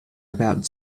about